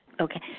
Okay